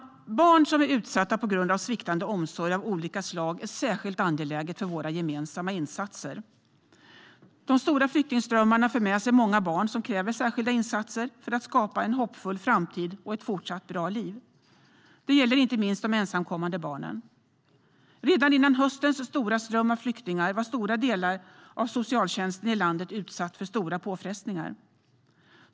Särskilt angeläget är det att våra gemensamma insatser riktas till barn som är utsatta på grund av sviktande omsorg av olika slag. De stora flyktingströmmarna för med sig många barn, vilket kräver särskilda insatser för att skapa en hoppfull framtid och ett fortsatt bra liv för dem. Det gäller inte minst de ensamkommande barnen. Redan före höstens stora ström av flyktingar var betydande delar av socialtjänsten utsatta för hårda påfrestningar.